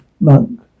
Monk